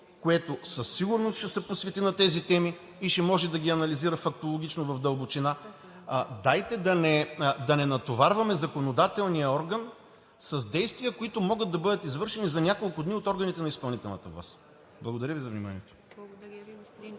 което със сигурност ще се посвети на тези теми и ще може да ги анализира фактологично – в дълбочина. Дайте да не натоварваме законодателния орган с действия, които могат да бъдат извършени за няколко дни от органите на изпълнителната власт. Благодаря Ви за вниманието.